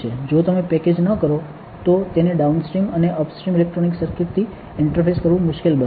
જો તમે પેકેજ ન કરો તો તેને ડાઉનસ્ટ્રીમ અને અપસ્ટ્રીમ ઇલેક્ટ્રોનિક સર્કિટ થી ઇન્ટરફેસ કરવું મુશ્કેલ બનશે